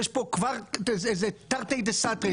יש כאן כבר תרתי דסתרי.